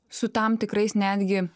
su tam tikrais netgi